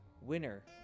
winner